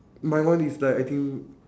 my one is like I think